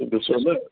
उहा ॾिसा न